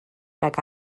nag